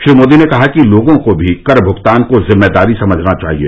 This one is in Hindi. श्री मोदी ने कहा कि लोगों को भी कर भुगतान को जिम्मेदारी समझना चाहिए